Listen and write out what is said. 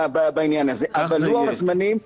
אבל לוח זמנים,